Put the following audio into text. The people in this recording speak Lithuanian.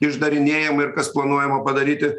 išdarinėjama ir kas planuojama padaryti